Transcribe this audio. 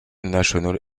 national